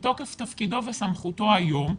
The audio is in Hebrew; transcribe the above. מתוקף תפקידו וסמכותו היום,